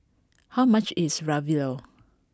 how much is Ravioli